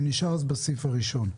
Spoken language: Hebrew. אני נשאר בסעיף הראשון,